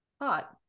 hot